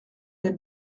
elle